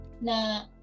na